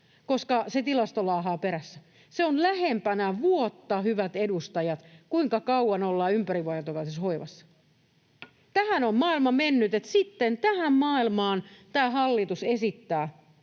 koska se tilasto laahaa perässä. Se on lähempänä vuotta, hyvät edustajat, kuinka kauan ollaan ympärivuorokautisessa hoivassa. Tähän on maailma mennyt, ja sitten tähän maailmaan tämä hallitus esittää,